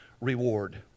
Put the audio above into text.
reward